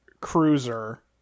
cruiser